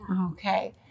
okay